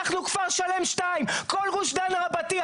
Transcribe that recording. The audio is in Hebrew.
אנחנו כפר שלם 2. כל גוש דן רבתי,